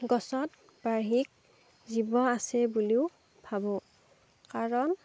গছত ব্যহিক জীৱ আছে বুলিও ভাবোঁ কাৰণ